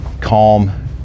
calm